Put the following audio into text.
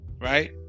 Right